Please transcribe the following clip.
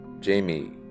Jamie